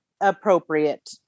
appropriate